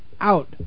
out